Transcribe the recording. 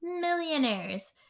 millionaires